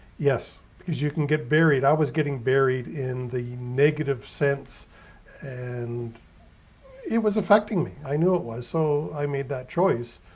yes, because you can get buried. i was getting buried in the negative sense and it was affecting me. i knew it was. so i made that choice,